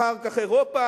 אחר כך אירופה,